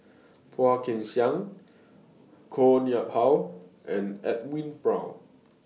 Phua Kin Siang Koh Nguang How and Edwin Brown